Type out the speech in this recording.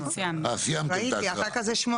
גם וגם, להיום.